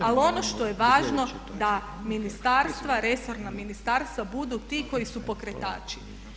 Ali ono što je važno da ministarstva, resorna ministarstva budu ti koji su pokretači.